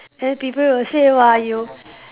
then people will say !wah! you